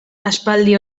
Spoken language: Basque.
aspaldi